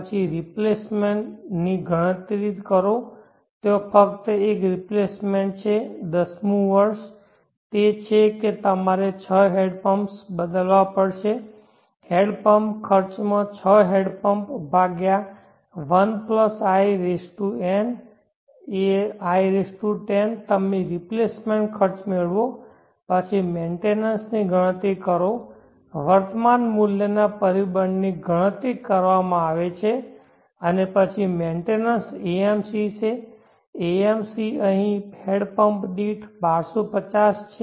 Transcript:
પછી રિપ્લેસમેન્ટ ની ગણતરી કરો ત્યાં ફક્ત એક રિપ્લેસમેન્ટ છે 10 મું વર્ષ તે છે કે તમારે 6 હેન્ડ પમ્પ્સ બદલવા પડશે હેન્ડ પંપ ખર્ચમાં 6 હેન્ડ પમ્પ ભાગ્યા 1 in i10 તમે રિપ્લેસમેન્ટ ખર્ચ મેળવો પછી મેન્ટેનન્સ ની ગણતરી કરો વર્તમાન મૂલ્યના પરિબળની ગણતરી કરવામાં આવે છે અને પછી મેન્ટેનન્સ AMC છે AMC અહીં હેન્ડ પમ્પ દીઠ 1250 છે